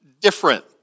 different